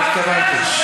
אני התכוונתי.